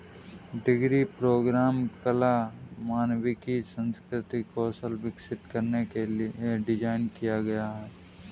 degree programme कला, मानविकी, सांस्कृतिक कौशल विकसित करने के लिए डिज़ाइन किया है